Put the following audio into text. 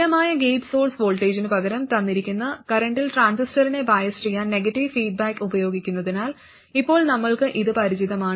സ്ഥിരമായ gate source വോൾട്ടേജിനുപകരം തന്നിരിക്കുന്ന കറന്റിൽ ട്രാൻസിസ്റ്ററിനെ ബയസ് ചെയ്യാൻ നെഗറ്റീവ് ഫീഡ്ബാക്ക് ഉപയോഗിക്കുന്നതിനാൽ ഇപ്പോൾ നമ്മൾക്ക് ഇത് പരിചിതമാണ്